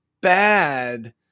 bad